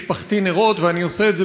ואני עושה את זה בלב שלם,